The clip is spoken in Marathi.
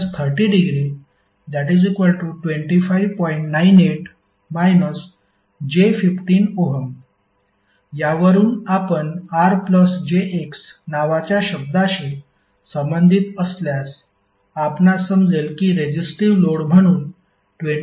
98 j15 Ω यावरून आपण R प्लस jx नावाच्या शब्दाशी संबंधित असल्यास आपणास समजेल की रेजिस्टिव्ह लोड म्हणून 25